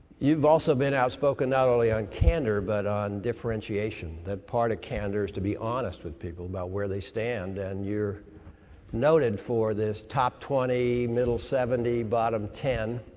you've also been outspoken, not only on candor, but on differentiation. that part of candor's to be honest with people about where they stand. and, you're noted for this top twenty, middle seventy, bottom ten,